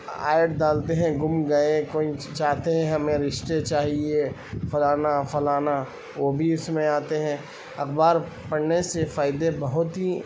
add ڈالتے ہیں گم گئے کوئی چاہتے ہیں ہمیں رشتے چاہیے فلانا فلانا وہ بھی اس میں آتے ہیں اخبار پڑھنے سے فائدے بہت ہی